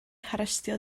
harestio